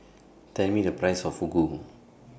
Tell Me The Price of Fugu